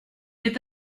est